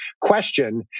question